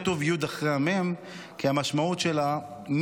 כתובה יו"ד אחרי המ"ם כי המשמעות של מישרק,